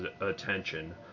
attention